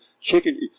chicken